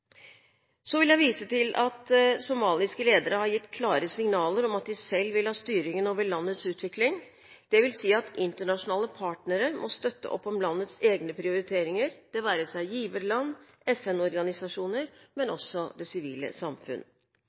Så vil jeg vise til at somaliske ledere har gitt klare signaler om at de selv vil ha styringen over landets utvikling, dvs. at internasjonale partnere må støtte opp om landets egne prioriteringer, det være seg giverland og FN-organisasjoner, men også det sivile samfunn.